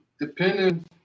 depending